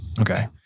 Okay